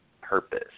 purpose